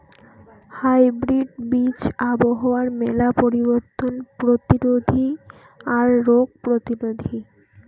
hybrid বীজ আবহাওয়ার মেলা পরিবর্তন প্রতিরোধী আর রোগ প্রতিরোধী